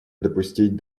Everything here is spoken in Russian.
допустить